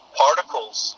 particles